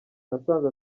nasanze